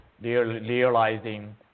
realizing